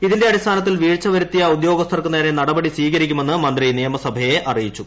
ഇതിന്റെ അടിസ്ഥാനത്തിൽ വീഴ്ച വരുത്തിയ ഉദ്യോഗസ്ഥർക്കു നേരെ നടപടി സ്വീകരിക്കുമെന്ന് മന്ത്രി നിയമസഭയെ അറിയിച്ചു